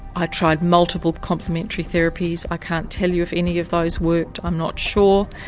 i tried multiple complementary therapies i can't tell you if any of those worked, i'm not sure.